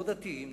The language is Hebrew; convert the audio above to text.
לא דתיים,